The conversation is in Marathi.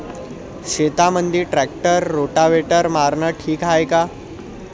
शेतामंदी ट्रॅक्टर रोटावेटर मारनं ठीक हाये का?